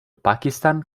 pakistan